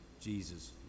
Jesus